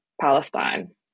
Palestine